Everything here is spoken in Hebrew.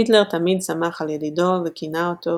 היטלר תמיד סמך על ידידו, וכינה אותו